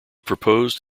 proposed